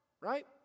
Right